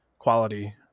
quality